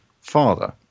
father